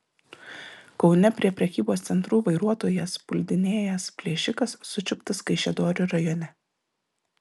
kaune prie prekybos centrų vairuotojas puldinėjęs plėšikas sučiuptas kaišiadorių rajone